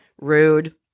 Rude